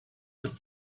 ist